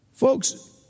Folks